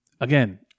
again